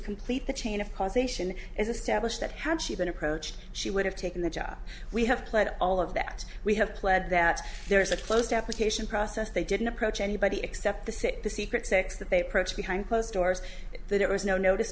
complete the chain of causation establish that had she been approached she would have taken the job we have played all of that we have pled that there is a closed application process they didn't approach anybody except the sick the secret sex that they approached behind closed doors that it was no notice